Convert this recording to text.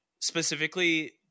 specifically